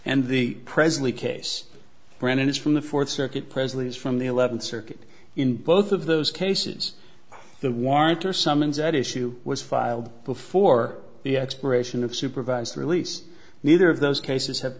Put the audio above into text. and the presently case brennan is from the fourth circuit presently is from the eleventh circuit in both of those cases the warrant or summons at issue was filed before the expiration of supervised release neither of those cases have